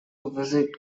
visit